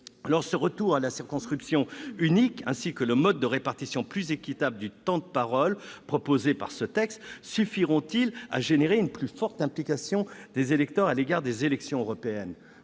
Ce retour à la circonscription unique ainsi que le mode de répartition plus équitable du temps de parole proposé par ce texte suffiront-ils à générer une plus forte implication des électeurs à l'égard des élections européennes ?